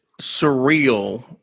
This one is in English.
surreal